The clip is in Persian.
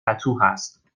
پتوهست